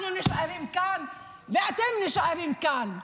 אנחנו נשארים כאן ואתם נשארים כאן.